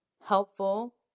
helpful